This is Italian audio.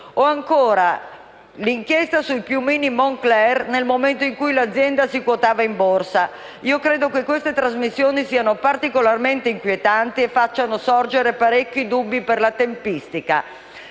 o ancora l'inchiesta sui piumini Moncler, nel momento in cui l'azienda si quotava in borsa) credo siano particolarmente inquietanti e facciano sorgere parecchi dubbi per la loro tempistica.